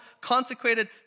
consecrated